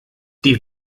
die